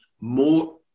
more